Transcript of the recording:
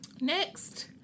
Next